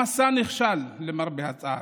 המסע נכשל, למרבה הצער.